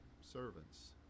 servants